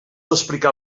explicar